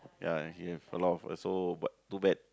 ya they have a lot also but too bad